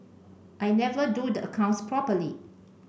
I never do the accounts properly